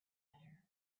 better